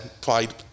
pride